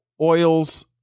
oils